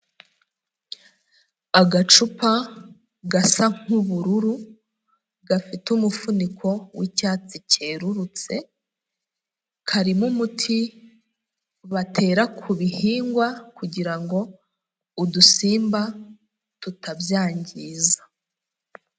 Agacupa gasa nk'ubururu gafite umufuniko w'icyatsi cyererutse, karimo umuti batera ku bihingwa kugira ngo udusimba tutabyangiza.